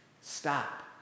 Stop